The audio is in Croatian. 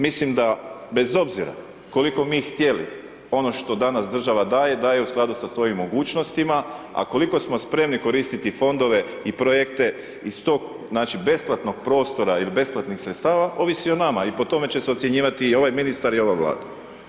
Mislim da bez obzira koliko mi htjeli, ono što danas država daje, daje u skladu sa svojim mogućnostima, a koliko smo spremni koristiti fondove i projekte iz tog besplatnog prostora ili besplatnih sredstava ovisi o nama i po tome će se osjenjivati ovaj ministar i ova vlada.